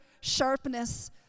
sharpness